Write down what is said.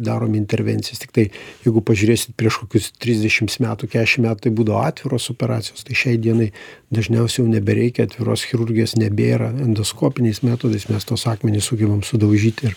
darom intervencijas tiktai jeigu pažiūrėsit prieš kokius trisdešimts metų kešim metų tai būdu atviros operacijos tai šiai dienai dažniausiai jau nebereikia atviros chirurgijos nebėra endoskopiniais metodais mes tuos akmenis sugebam sudaužyt ir